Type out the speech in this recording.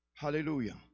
Hallelujah